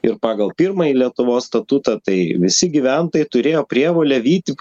ir pagal pirmąjį lietuvos statutą tai visi gyventojai turėjo prievolę vyti